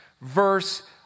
verse